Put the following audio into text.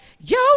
yo